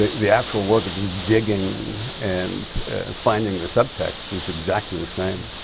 the actual work of just digging and finding the subtext is exactly the same,